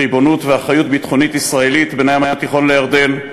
בריבונות ובאחריות ביטחונית ישראלית בין הים התיכון לירדן,